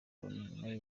union